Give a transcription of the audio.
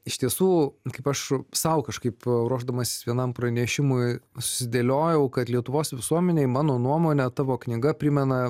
iš tiesų kaip aš sau kažkaip ruošdamasis vienam pranešimui susidėliojau kad lietuvos visuomenei mano nuomone tavo knyga primena